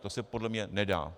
To se podle mě nedá.